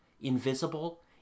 Invisible